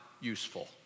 useful